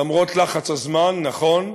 למרות לחץ הזמן, נכון,